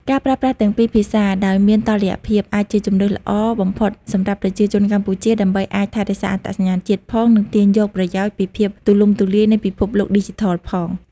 ការប្រើប្រាស់ទាំងពីរភាសាដោយមានតុល្យភាព អាចជាជម្រើសល្អបំផុតសម្រាប់ប្រជាជនកម្ពុជា ដើម្បីអាចរក្សាអត្តសញ្ញាណជាតិផង និងទាញយកប្រយោជន៍ពីភាពទូលំទូលាយនៃពិភពឌីជីថលផង។